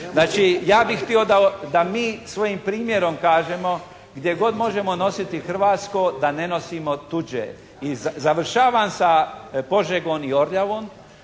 Znači ja bih htio da mi svojim primjerom kažemo gdje god možemo nositi hrvatsko da ne nosimo tuđe. I završavam sa Požegom i Orljavom.